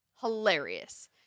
hilarious